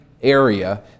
area